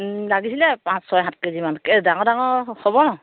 লাগিছিলে পাঁচ ছয় সাত কেজিমান এ ডাঙৰ ডাঙৰ হ'ব